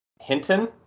Hinton